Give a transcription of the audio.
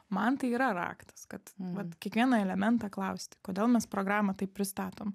man tai yra raktas kad vat kiekvieną elementą klausti kodėl mes programą taip pristatom